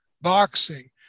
boxing